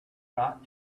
got